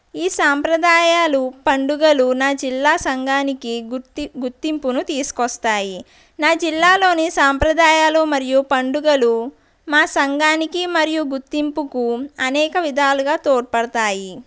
ఈ సాంప్రదాయాలు పండుగలు నా జిల్లా సంఘానికి గుర్తి గుర్తింపును తీసుకొస్తాయి నా జిల్లాలోని సాంప్రదాయాలు మరియు పండుగలు మా సంఘానికి మరియు గుర్తింపుకు అనేక విధాలుగా తోడ్పడతాయి